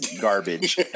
garbage